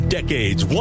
Decades